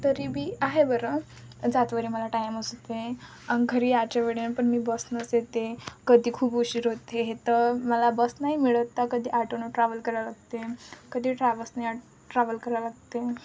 तरी बी आहे बरं जातेवेळी मला टाईम असत नाही घरी यायच्या वेळेला पण मी बसनंच येते कधी खूप उशीर होते हे तर मला बस नाही मिळत तर कधी आटोनं ट्रॅव्हल करावं लागते कधी ट्रॅव्हल्सने ट्रॅव्हल करावं लागते